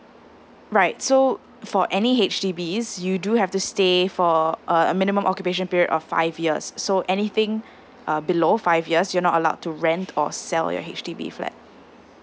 right so for any H_D_Bs you do have to stay for uh a minimum occupation period of five years so anything uh below five years you're not allowed to rent or sell your H_D_B flat